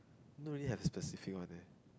don't really have specific one eh